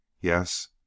Yes